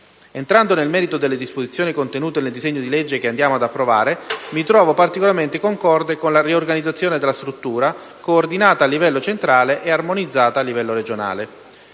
Entrando nel merito delle disposizioni contenute nel disegno di legge che andiamo ad approvare, mi trovo particolarmente concorde con la riorganizzazione della struttura, coordinata a livello centrale e armonizzata a livello regionale.